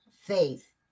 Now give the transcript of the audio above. faith